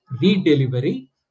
re-delivery